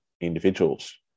individuals